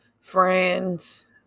friends